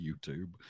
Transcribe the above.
YouTube